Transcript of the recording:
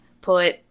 put